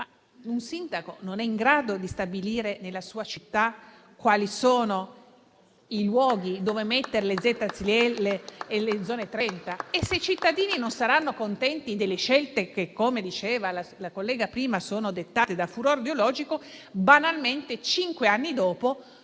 un sindaco non è in grado di stabilire nella sua città quali sono i luoghi dove mettere le ZTL e le Zone 30? Inoltre, se i cittadini non saranno contenti delle scelte che, come diceva prima la collega, sono dettate da furore ideologico, banalmente, cinque anni dopo